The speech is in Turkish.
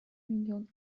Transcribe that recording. milyon